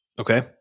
Okay